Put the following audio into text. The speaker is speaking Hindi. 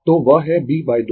तो वह है B 2